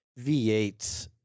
V8